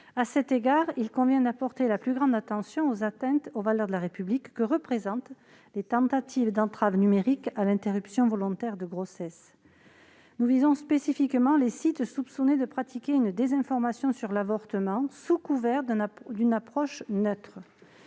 À cet égard, il convient d'apporter la plus grande attention aux atteintes aux valeurs de la République que représentent les tentatives d'entrave numérique à l'interruption volontaire de grossesse. Nous visons spécifiquement les sites soupçonnés de pratiquer une désinformation sur l'avortement, sous couvert d'une approche neutre.